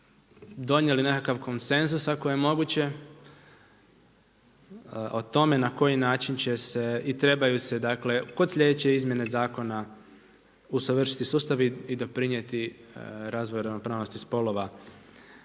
donijeli nekakav konsenzus ako je moguće, o tome na koji način će se i trebaju se, dakle kod sljedeće izmjene zakona usavršiti sustavi i doprinijeti razvoju ravnopravnosti spolova